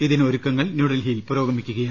ഇതിന് ഒരുക്കങ്ങൾ ന്യൂഡൽഹിയിൽ പുരോ ഗമിക്കുകയാണ്